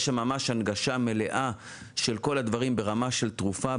יש ממש הנגשה מלאה של כל הדברים ברמה של תרופה,